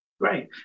Great